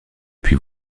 puis